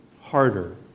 harder